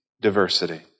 diversity